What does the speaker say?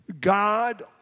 God